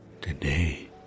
today